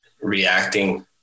reacting